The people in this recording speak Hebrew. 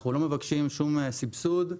אנחנו לא מבקשים שום סבסוד,